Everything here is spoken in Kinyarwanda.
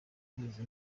abizi